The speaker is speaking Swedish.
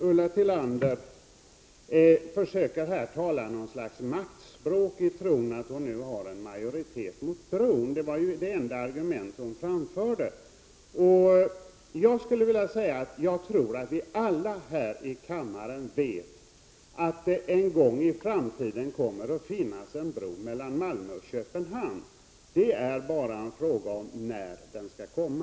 Ulla Tillander försöker här tala något slags maktspråk i tron att hon nu har en majoritet mot bron. Det var det enda argument som hon framförde. Jag skulle vilja säga att jag tror att vi alla här i kammaren vet att det en gång i framtiden kommer att finnas en bro mellan Malmö och Köpenhamn. Frågan är bara när den skall komma.